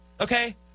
okay